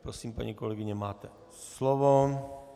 Prosím, paní kolegyně, máte slovo.